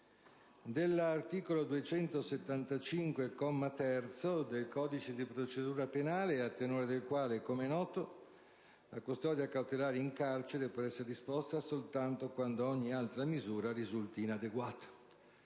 dell'articolo 275, terzo comma, del codice di procedura penale, a tenore del quale, com'è noto, la custodia cautelare in carcere può essere disposta soltanto quando ogni altra misura risulti inadeguata.